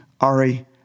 Ari